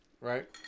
right